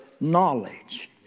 knowledge